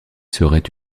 serait